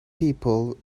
people